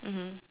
mmhmm